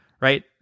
right